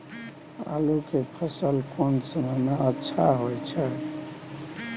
आलू के फसल कोन समय में अच्छा होय छै?